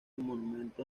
monumento